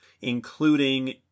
including